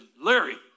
Larry